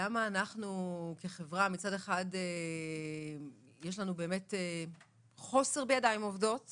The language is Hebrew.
למה לנו כחברה יש באמת חוסר בידיים עובדות